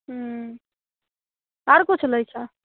हूँ आर किछु लै कऽ छऽ